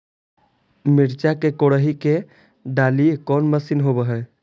मिरचा के कोड़ई के डालीय कोन मशीन होबहय?